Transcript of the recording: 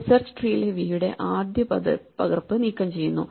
ഒരു സെർച്ച് ട്രീയിലെ v യുടെ ആദ്യ പകർപ്പ് നീക്കം ചെയ്യുന്നു